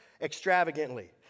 extravagantly